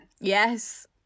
Yes